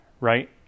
right